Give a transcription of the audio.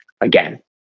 again